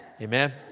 Amen